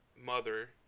mother